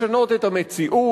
לשנות את המציאות,